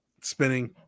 spinning